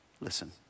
Listen